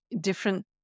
different